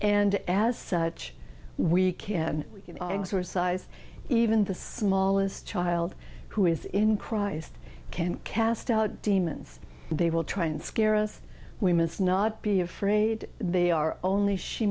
and as such we can sort of size even the smallest child who is in christ can cast out demons they will try and scare us we must not be afraid they are only she